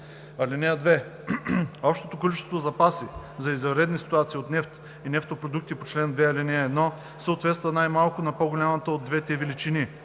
22 . (2) Общото количество запаси за извънредни ситуации от нефт и нефтопродукти по чл. 2, ал. 1 съответства най-малко на по-голямата от двете величини: